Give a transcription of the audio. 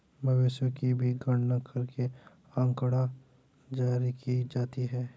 मवेशियों की भी गणना करके आँकड़ा जारी की जाती है